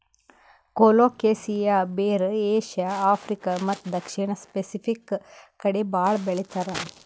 colocasia ಬೇರ್ Asia, Africa ಮತ್ತ್ ದಕ್ಷಿಣ್ ಸ್ಪೆಸಿಫಿಕ್ ಕಡಿ ಭಾಳ್ ಬೆಳಿತಾರ್